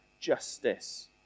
justice